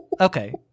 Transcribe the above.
Okay